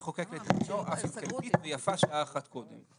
"בידי המחוקק לתקנו --- ויפה שעה אחת קודם".